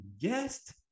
guest